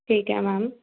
ਠੀਕ ਹੈ ਮੈਮ